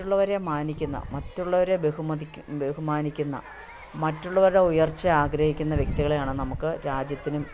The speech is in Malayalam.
മറ്റുള്ളവരെ മാനിക്കുന്ന മറ്റുള്ളവരെ ബഹുമതിക്ക് ബഹുമാനിക്കുന്ന മറ്റുള്ളവരുടെ ഉയർച്ചയെ ആഗ്രഹിക്കുന്ന വ്യക്തികളെയാണ് നമ്മൾക്ക് രാജ്യത്തിനും